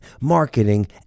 marketing